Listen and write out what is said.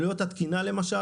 עלויות התקינה למשל,